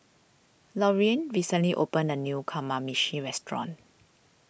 Lorean recently opened a new Kamameshi restaurant